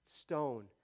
stone